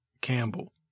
Campbell